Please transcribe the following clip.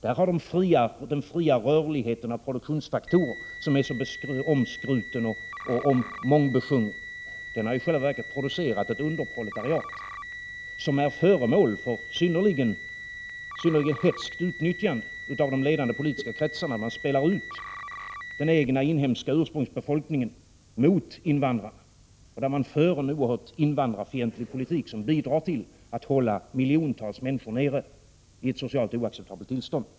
Där har den fria rörligheten av produktionsfaktorer som är så omskruten och mångbesjungen i själva verket producerat ett underproletariat som är föremål för synnerligen hätskt utnyttjande av de ledande politiska kretsarna. De spelar ut den inhemska ursprungsbefolkningen mot invandrarna. De för en oerhört invandrarfientlig politik, som bidrar till att hålla miljontals människor nere i ett socialt oacceptabelt tillstånd.